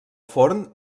forn